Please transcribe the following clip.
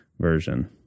version